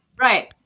Right